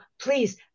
please